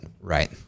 Right